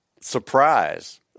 surprise